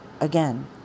again